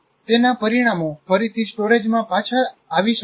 તેના પરિણામો ફરીથી સ્ટોરેજમાં પાછા આવી શકે છે